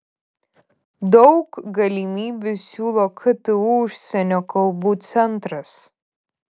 daug galimybių siūlo ktu užsienio kalbų centras